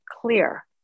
clear